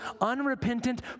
unrepentant